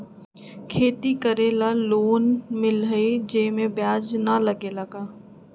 खेती करे ला लोन मिलहई जे में ब्याज न लगेला का?